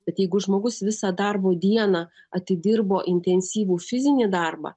bet jeigu žmogus visą darbo dieną atidirbo intensyvų fizinį darbą